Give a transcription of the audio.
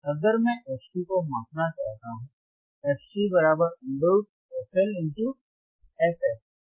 अगर मैं fC को मापना चाहता हूं fC √ fL fH